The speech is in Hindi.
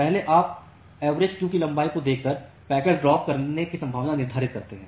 पहले आप एवरेज क्यू की लंबाई को देखकर पैकेट्स ड्रॉप की संभावना निर्धारित करते हैं